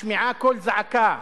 משמיעה קול זעקה,